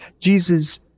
Jesus